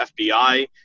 FBI